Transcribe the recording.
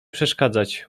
przeszkadzać